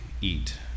eat